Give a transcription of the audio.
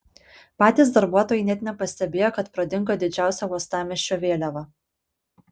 patys darbuotojai net nepastebėjo kad pradingo didžiausia uostamiesčio vėliava